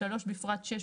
(3) בפרט (6),